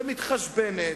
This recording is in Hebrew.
ומתחשבת,